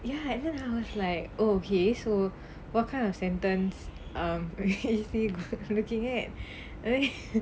ya and then I was like oh okay so what kind of sentence um is he looking at and then